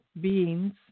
beings